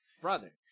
brother